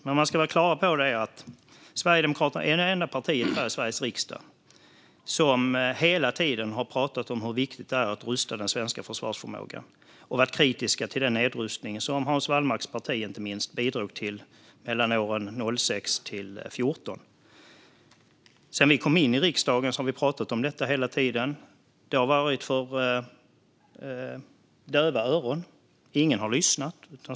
Man ska vara klar över att Sverigedemokraterna är det enda partiet i Sveriges riksdag som hela tiden har talat om hur viktigt det är att rusta den svenska försvarsförmågan och varit kritiska till den nedrustning som inte minst Hans Wallmarks parti bidrog till under åren 2006-2014. Sedan vi kom in i riksdagen har vi talat om detta hela tiden. Det har varit för döva öron; ingen har lyssnat.